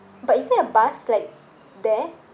but is there a bus like there